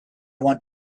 want